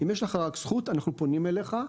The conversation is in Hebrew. אם יש לך רק זכות אנחנו פונים אליך.